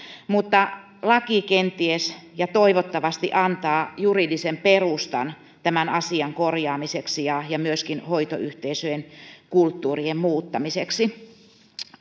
mutta laki kenties ja toivottavasti antaa juridisen perustan tämän asian korjaamiseksi ja ja myöskin hoitoyhteisöjen kulttuurien muuttamiseksi